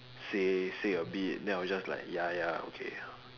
say say a bit then I will just like ya ya okay